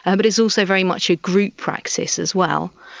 and but it's also very much a group practice as well,